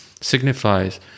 signifies